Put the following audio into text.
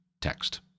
text